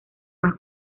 más